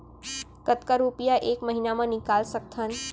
कतका रुपिया एक महीना म निकाल सकथन?